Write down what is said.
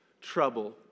trouble